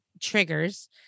triggers